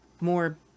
more